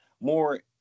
more